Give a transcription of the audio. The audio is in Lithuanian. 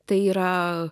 tai yra